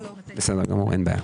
אין בעיה.